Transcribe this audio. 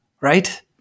right